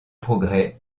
progrès